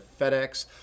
FedEx